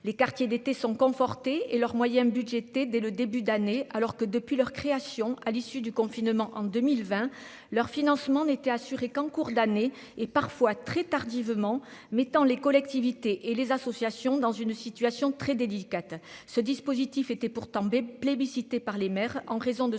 les quartiers d'été sont confortés et leurs moyens budgétés dès le début d'année, alors que, depuis leur création, à l'issue du confinement en 2020, leur financement n'était assuré qu'en cours d'année, et parfois très tardivement, mettant les collectivités et les associations dans une situation très délicate, ce dispositif était pourtant bé plébiscité par les maires, en raison de